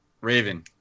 Raven